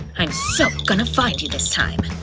i'm so gonna find you this time!